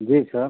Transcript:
जी sir